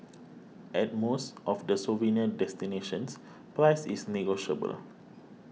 at most of the souvenir destinations price is negotiable